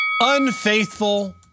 Unfaithful